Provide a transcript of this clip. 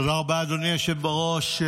תודה רבה, אדוני היושב בראש.